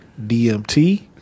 dmt